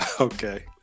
Okay